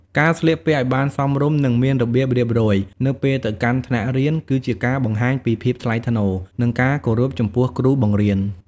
ការ ស្លៀកពាក់ឱ្យបានសមរម្យ និងមានរបៀបរៀបរយ នៅពេលទៅកាន់ថ្នាក់រៀន គឺជាការបង្ហាញពីភាពថ្លៃថ្នូរ និងការគោរពចំពោះគ្រូបង្រៀន។